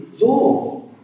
law